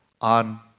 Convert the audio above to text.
on